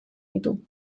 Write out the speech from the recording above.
ditu